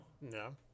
No